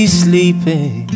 sleeping